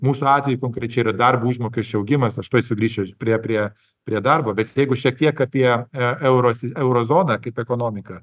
mūsų atveju konkrečiai yra darbo užmokesčio augimas aš tuoj sugrįšiu prie prie prie darbo bet jeigu šiek tiek apie e euro euro zoną kaip ekonomiką